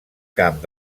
camp